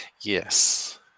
Yes